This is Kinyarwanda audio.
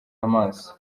amaso